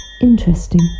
interesting